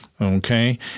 okay